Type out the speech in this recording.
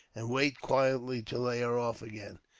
and wait quietly till they are off again.